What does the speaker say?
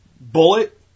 bullet